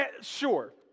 Sure